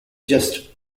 just